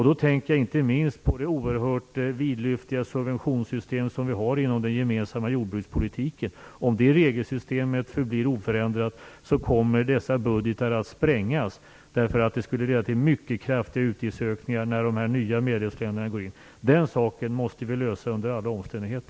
Då tänker jag inte minst på det oerhört vidlyftiga subventionssystem vi har inom den gemensamma jordbrukspolitiken. Om det regelsystemet förblir oförändrat kommer dessa budgetar att sprängas. Det skulle leda till mycket kraftiga utgiftsökningar när de nya medlemsländerna går in. Den saken måste vi lösa under alla omständigheter.